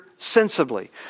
Sensibly